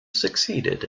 succeeded